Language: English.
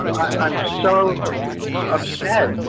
i'm so upset.